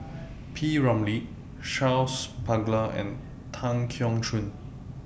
P Ramlee Charles Paglar and Tan Keong Choon